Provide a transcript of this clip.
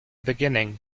beginning